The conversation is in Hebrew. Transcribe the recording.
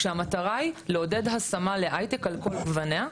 כשהמטרה היא לעודד השמה להייטק על כל גווניה.